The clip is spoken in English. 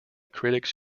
critics